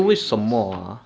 !hais! not su~